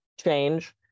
change